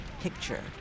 picture